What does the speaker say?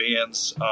bands